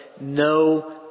no